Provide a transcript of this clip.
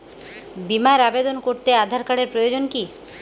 বিমার আবেদন করতে আধার কার্ডের প্রয়োজন কি?